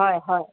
হয় হয়